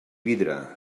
vidre